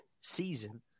season